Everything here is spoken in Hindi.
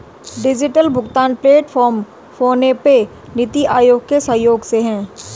डिजिटल भुगतान प्लेटफॉर्म फोनपे, नीति आयोग के सहयोग से है